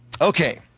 Okay